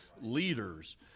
leaders